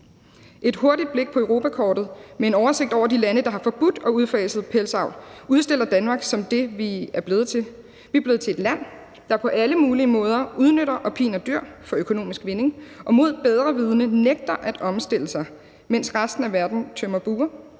Et hurtigt blik på europakortet med en oversigt over de lande, der har forbudt og udfaset pelsdyravl, udstiller Danmark som det, vi er blevet til. Vi er blevet til et land, der på alle mulige måder udnytter og piner dyr for økonomisk vinding og mod bedre vidende nægter at omstille sig, mens resten af verden tømmer bure